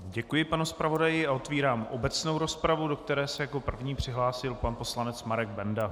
Děkuji, pane zpravodaji, a otevírám obecnou rozpravu, do které se jako první přihlásil pan poslanec Marek Benda.